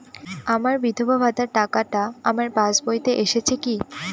আমার বিধবা ভাতার টাকাটা আমার পাসবইতে এসেছে কি?